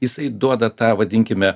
jisai duoda tą vadinkime